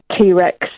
T-Rex